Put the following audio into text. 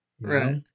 Right